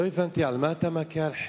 לא הבנתי על מה אתה מכה על חטא.